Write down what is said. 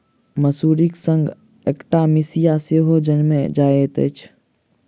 मसुरीक संग अकटा मिसिया सेहो जनमि जाइत अछि